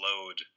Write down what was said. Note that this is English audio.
load